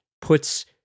puts –